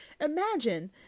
imagine